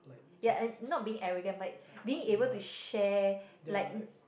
yeah and not being arrogant but being able to share like